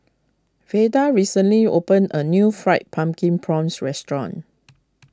Veda recently opened a new Fried Pumpkin Prawns restaurant